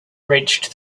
reached